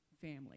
family